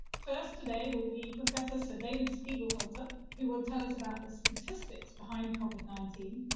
first today will be professor sir david spiegelhalter who will tell us about the statistics behind covid nineteen,